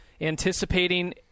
anticipating